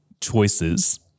choices